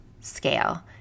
scale